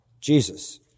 Jesus